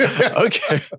Okay